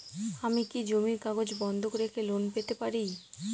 আমি কি জমির কাগজ বন্ধক রেখে লোন পেতে পারি?